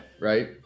right